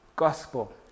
gospel